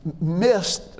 missed